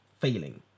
failing